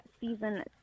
season